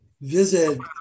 visit